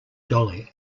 dolly